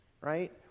right